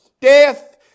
Death